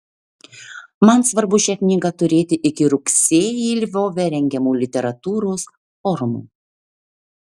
man svarbu šią knygą turėti iki rugsėjį lvove rengiamo literatūros forumo